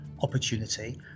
opportunity